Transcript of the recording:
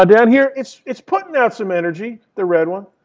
down here, it's it's putting out some energy, the red one.